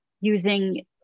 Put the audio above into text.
using